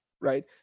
right